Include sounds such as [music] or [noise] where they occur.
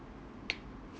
[noise]